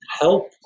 help